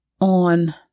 on